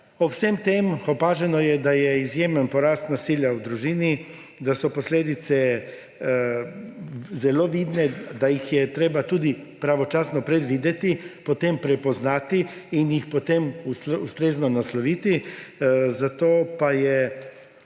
Ob vsem tem opaženo je, da je izjemen porast nasilja v družini, da so posledice zelo vidne, da jih je treba tudi pravočasno predvideti, potem prepoznati in jih potem ustrezno nasloviti, zato pa je